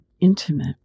intimate